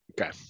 Okay